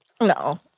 No